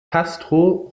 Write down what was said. castro